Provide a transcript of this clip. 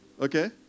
Okay